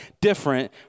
different